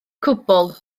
cwbl